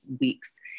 weeks